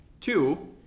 Two